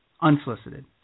Unsolicited